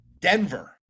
Denver